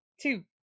two